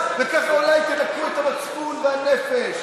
וככה אולי תנקו את המצפון והנפש.